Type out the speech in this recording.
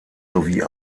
sowie